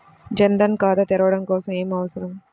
జన్ ధన్ ఖాతా తెరవడం కోసం ఏమి అవసరం?